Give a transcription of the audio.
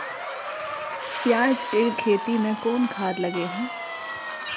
पियाज के खेती में कोन खाद लगे हैं?